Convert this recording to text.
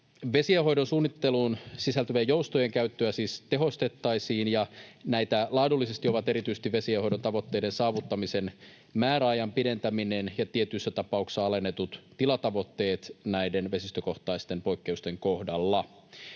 Vesienhoidon suunnitteluun sisältyvien joustojen käyttöä siis tehostettaisiin, ja näitä laadullisesti ovat erityisesti vesienhoidon tavoitteiden saavuttamisen määräajan pidentäminen ja tietyissä tapauksissa alennetut tilatavoitteet näiden vesistökohtaisten poikkeusten kohdalla